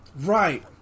Right